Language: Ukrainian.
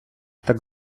так